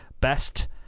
best